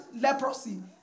leprosy